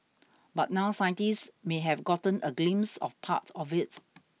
but now scientists may have gotten a glimpse of part of it